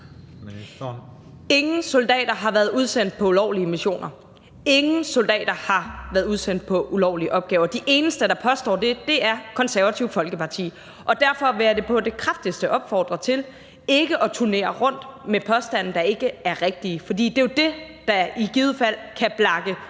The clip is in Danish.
Ingen soldater har været udsendt på ulovlige missioner. Ingen soldater har været udsendt på ulovlige opgaver. De eneste, der påstår det, er Det Konservative Folkeparti. Og derfor vil jeg på det kraftigste opfordre til ikke at turnere rundt med påstande, der ikke er rigtige. For det er jo det, der i givet fald kan blakke